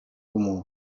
comú